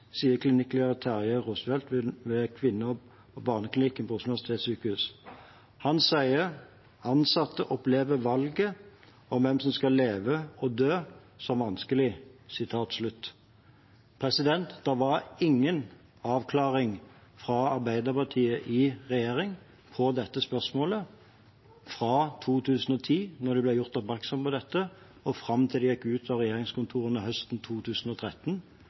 sier ansatte opplever valget om hvem som skal leve og dø som vanskelig.» Det var ingen avklaring fra Arbeiderpartiet i regjering på dette spørsmålet – fra 2010, da de ble gjort oppmerksom på dette, og fram til de gikk ut av regjeringskontorene høsten 2013